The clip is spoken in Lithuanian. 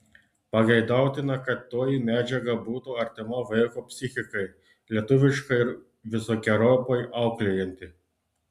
pageidautina kad toji medžiaga būtų artima vaiko psichikai lietuviška ir visokeriopai auklėjanti